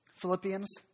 Philippians